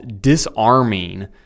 disarming